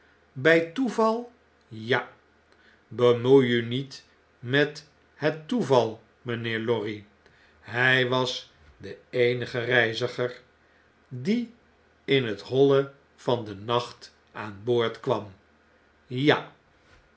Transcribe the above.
btj toeval ja bemoei u niet met het toeval mjjnheer lorry h j was de eenige reiziger die in het holle van den nacht aan boord kwam ja